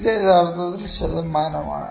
ഇത് യഥാർത്ഥത്തിൽ ശതമാനമാണ്